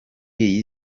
iyi